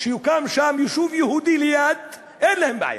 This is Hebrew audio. שיוקם שם יישוב יהודי, ליד, אין להם בעיה,